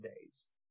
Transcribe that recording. days